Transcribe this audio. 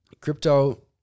crypto